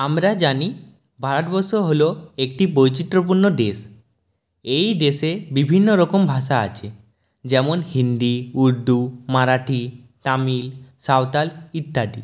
আমরা জানি ভারতবর্ষ হল একটি বৈচিত্রপূর্ণ দেশ এই দেশে বিভিন্ন রকম ভাষা আছে যেমন হিন্দি উর্দু মারাঠি তামিল সাঁওতাল ইত্যাদি